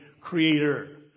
creator